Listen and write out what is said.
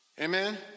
Amen